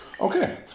Okay